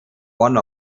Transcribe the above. one